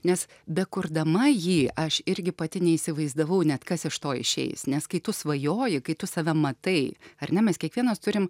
nes bekurdama jį aš irgi pati neįsivaizdavau net kas iš to išeis nes kai tu svajoji kai tu save matai ar ne mes kiekvienas turim